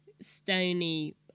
stony